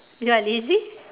you are lazy